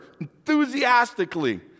enthusiastically